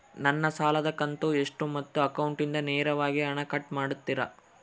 ನನ್ನ ಸಾಲದ ಕಂತು ಎಷ್ಟು ಮತ್ತು ಅಕೌಂಟಿಂದ ನೇರವಾಗಿ ಹಣ ಕಟ್ ಮಾಡ್ತಿರಾ?